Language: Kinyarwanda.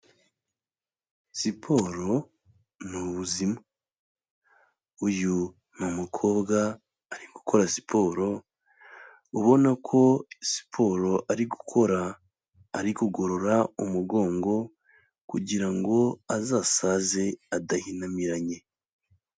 Siporo ni ubuzima, uyu ni nI umukobwa, ari gukora siporo ubona ko siporo ari gukora ari kugorora umugongo kugira ngo azasaze adahinamiranye.